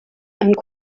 and